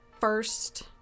first